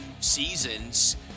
seasons